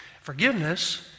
Forgiveness